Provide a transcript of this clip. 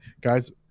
guys